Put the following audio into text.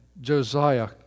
Josiah